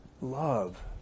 love